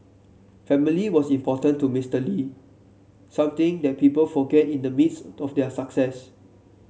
family was important to Mister Lee something that people forget in the midst of their success